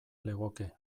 legoke